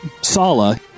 Sala